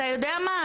אתה יודע מה,